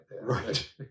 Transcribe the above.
Right